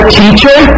teacher